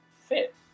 fit